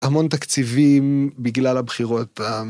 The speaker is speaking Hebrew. המון תקציבים בגלל הבחירות.